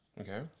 Okay